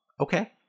Okay